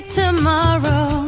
tomorrow